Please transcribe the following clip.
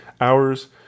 hours